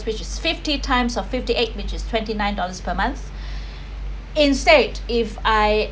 which is fifty times of fifty eight which is twenty nine dollars per month instead if I